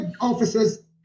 officers